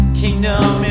kingdom